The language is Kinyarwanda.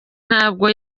ntabwo